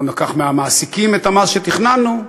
לא ניקח מהמעסיקים את המס שתכננו,